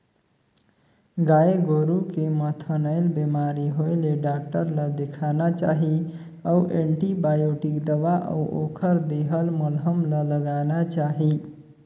गाय गोरु के म थनैल बेमारी होय ले डॉक्टर ल देखाना चाही अउ एंटीबायोटिक दवा अउ ओखर देहल मलहम ल लगाना चाही